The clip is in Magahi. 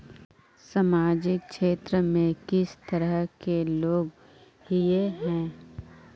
सामाजिक क्षेत्र में किस तरह के लोग हिये है?